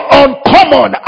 uncommon